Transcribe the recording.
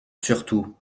surtout